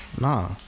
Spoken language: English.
Nah